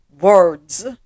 words